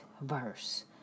verse